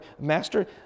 Master